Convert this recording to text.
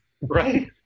Right